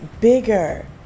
bigger